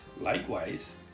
Likewise